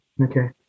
okay